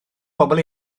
bobl